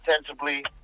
potentially